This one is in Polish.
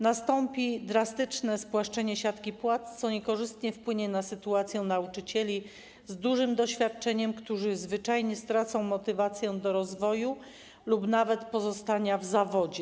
Nastąpi drastyczne spłaszczenie siatki płac, co niekorzystnie wpłynie na sytuację nauczycieli z dużym doświadczeniem, którzy zwyczajnie stracą motywację do rozwoju lub nawet pozostania w zawodzie.